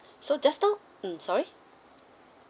so just now mm sorry